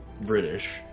British